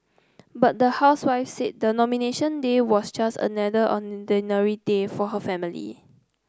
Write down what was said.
but the housewife said the Nomination Day was just another day for her family